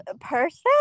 person